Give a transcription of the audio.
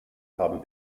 haben